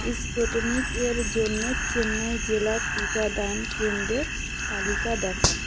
Sputnik এর জন্য চেন্নাই জেলার টিকাদান কেন্দ্রের তালিকা দেখান